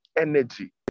energy